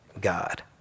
God